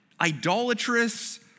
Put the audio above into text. idolatrous